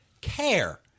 care